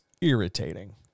irritating